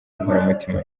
inkoramutima